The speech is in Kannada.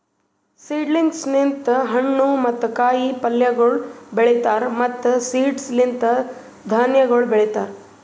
ಸೀಡ್ಲಿಂಗ್ಸ್ ಲಿಂತ್ ಹಣ್ಣು ಮತ್ತ ಕಾಯಿ ಪಲ್ಯಗೊಳ್ ಬೆಳೀತಾರ್ ಮತ್ತ್ ಸೀಡ್ಸ್ ಲಿಂತ್ ಧಾನ್ಯಗೊಳ್ ಬೆಳಿತಾರ್